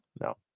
no